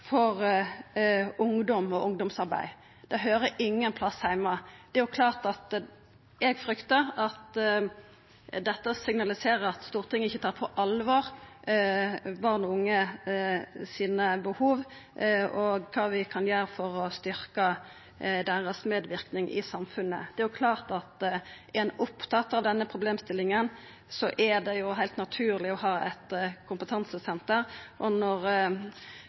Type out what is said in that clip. for ungdom og ungdomsarbeid. Det høyrer ingen plass heime. Eg fryktar at dette signaliserer at Stortinget ikkje tar på alvor barn og unge sine behov og kva vi kan gjera for å styrkja medverknaden deira i samfunnet. Det er jo klart at er ein opptatt av denne problemstillinga, er det heilt naturleg å ha eit kompetansesenter.